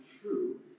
true